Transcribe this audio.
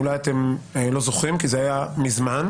אולי אתם לא זוכרים כי זה היה מזמן,